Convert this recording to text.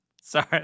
Sorry